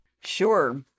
Sure